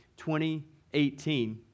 2018